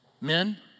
Men